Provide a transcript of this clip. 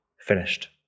finished